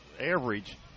average